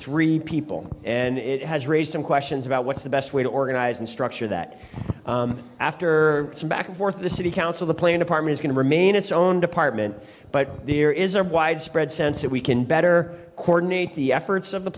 three people and it has raised some questions about what's the best way to organize and structure that after some back and forth the city council the plain department is going to remain its own department but here is a widespread sense that we can better coordinate the efforts of the